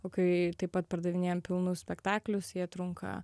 o kai taip pat pardavinėjam pilnus spektaklius jie trunka